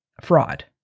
fraud